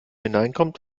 hineinkommt